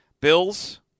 Bills